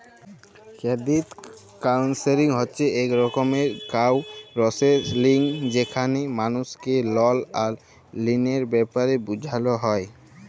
credit counselling হছে ইক রকমের কাউলসেলিংযেখালে মালুসকে লল আর ঋলের ব্যাপারে বুঝাল হ্যয়